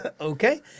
Okay